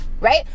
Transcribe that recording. right